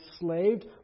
enslaved